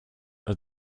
are